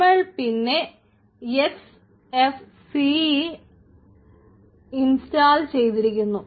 നമ്മൾ പിന്നെ X F C യെ ഇൻസ്റ്റാൾ ചെയ്തിരിക്കുന്നു